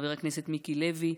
חבר הכנסת מיקי לוי,